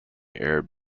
arab